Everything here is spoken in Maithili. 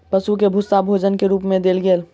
पशु के भूस्सा भोजन के रूप मे देल गेल